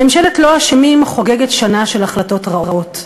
ממשלת "לא אשמים" חוגגת שנה של החלטות רעות,